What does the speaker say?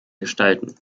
gestalten